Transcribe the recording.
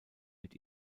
mit